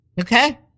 okay